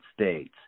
States